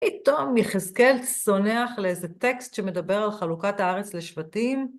פתאום יחזקאל צונח לאיזה טקסט שמדבר על חלוקת הארץ לשבטים.